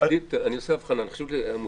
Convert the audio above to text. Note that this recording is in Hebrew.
תבדיל, אני עושה הבחנה, חשובים לי המושגים.